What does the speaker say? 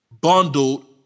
bundled